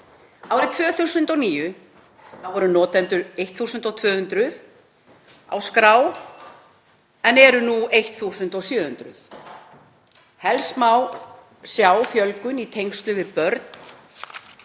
Árið 2009 voru notendur 1.200 á skrá en eru nú 1.700. Helst má sjá fjölgun í tengslum við börn